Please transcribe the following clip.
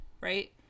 right